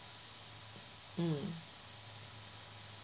mm